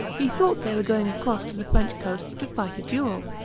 he thought they were going across to the french coast to fight a duel.